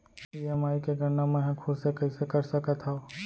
EMI के गड़ना मैं हा खुद से कइसे कर सकत हव?